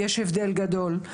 יש הבדל גדול.